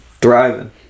thriving